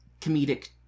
comedic